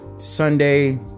Sunday